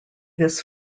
this